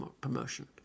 promotion